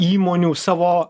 įmonių savo